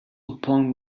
upon